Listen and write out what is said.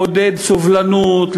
לעודד סובלנות,